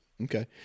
Okay